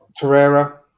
Torreira